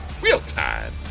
real-time